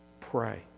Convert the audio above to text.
pray